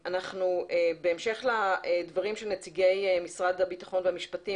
בהמשך לדברים של נציגי משרד הביטחון והמשפטים,